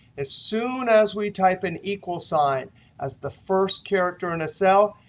as soon as we type an equal sign as the first character in a cell,